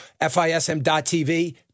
FISM.TV